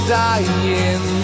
dying